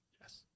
Yes